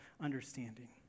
understanding